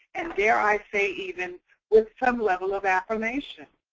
and dare i say, even with some level of affirmation.